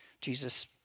Jesus